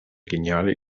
geniale